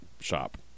shop